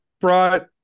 brought